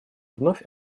вновь